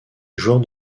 joueur